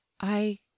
I